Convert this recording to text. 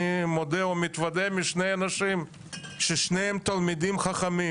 אני מודה ומתוודה משני אנשים ששניהם תלמידים חכמים